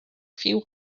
few